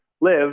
live